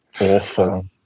awful